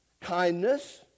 Kindness